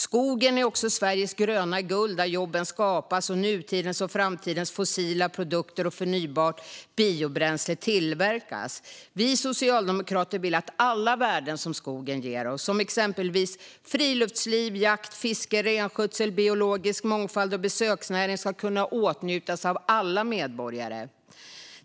Skogen är också Sveriges gröna guld, där jobben skapas och nutidens och framtidens fossilfria produkter och förnybart biobränsle tillverkas. Vi socialdemokrater vill att alla värden som skogen ger oss, exempelvis friluftsliv, jakt, fiske, renskötsel, biologisk mångfald och besöksnäring, ska kunna åtnjutas av alla medborgare.